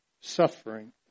suffering